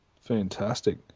Fantastic